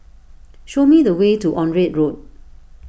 show me the way to Onraet Road